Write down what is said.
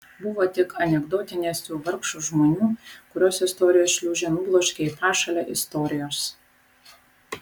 buvo tik anekdotinės jų vargšų žmonių kuriuos istorijos šliūžė nubloškė į pašalę istorijos